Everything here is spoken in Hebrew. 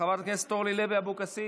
חברת הכנסת אורלי אבקסיס,